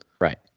right